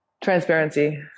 Transparency